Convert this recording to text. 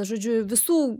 žodžiu visų